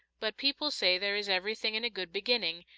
but people say there is everything in a good beginning,